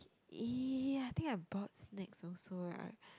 !ee! I think bought snacks also ah